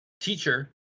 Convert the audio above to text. teacher